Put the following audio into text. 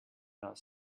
not